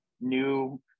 new